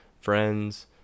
friends